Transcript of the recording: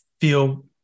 feel